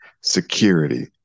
security